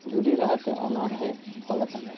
ᱡᱩᱨᱤ ᱨᱟᱦᱟ ᱛᱮ ᱚᱱᱚᱬᱦᱮ ᱚᱞ ᱠᱟᱫᱟᱭ